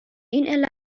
این